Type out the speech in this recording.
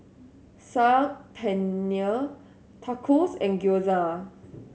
Saag Paneer Tacos and Gyoza